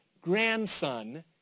grandson